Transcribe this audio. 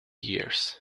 years